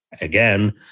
again